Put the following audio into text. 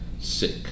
Sick